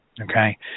Okay